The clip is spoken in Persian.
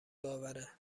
باوره